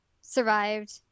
survived